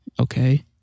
okay